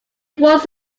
was